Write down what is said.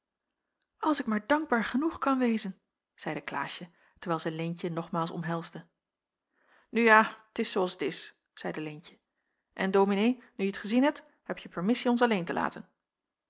als ik maar dankbaar genoeg kan wezen zeide klaasje terwijl zij leentje nogmaals omhelsde u ja t is zoo als het is zeide leentje en dominee nu je t gezien hebt hebje permissie ons alleen te laten